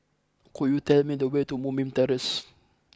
could you tell me the way to Moonbeam Terrace